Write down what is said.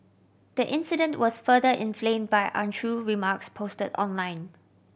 the incident was further inflamed by untrue remarks posted online